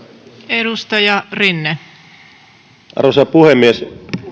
arvoisa puhemies